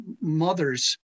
mothers